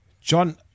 John